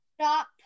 stop